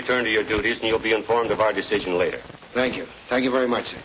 return to your duties and you'll be informed of our decision later thank you thank you very much